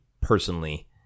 personally